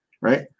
right